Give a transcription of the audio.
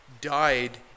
died